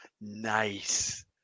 Nice